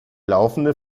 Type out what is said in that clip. laufende